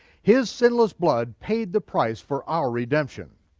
his sinless blood paid the price for our redemption.